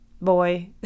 Boy